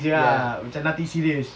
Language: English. ya ya